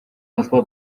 холбоо